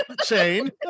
chain